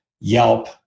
Yelp